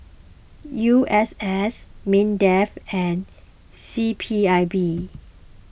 U S S Mindef and C P I B